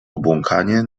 obłąkanie